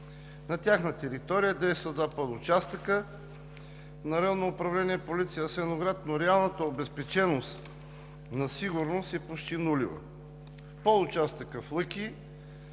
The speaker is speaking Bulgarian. На тяхна територия действат два подучастъка на Районно управление „Полиция” – Асеновград, а районът на обезпеченост и сигурност е почти нулев. По участъка в Лъки